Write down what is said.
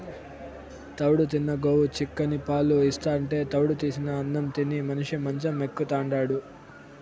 తౌడు తిన్న గోవు చిక్కని పాలు ఇస్తాంటే తౌడు తీసిన అన్నం తిని మనిషి మంచం ఎక్కుతాండాడు